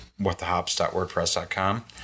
WhatTheHops.wordpress.com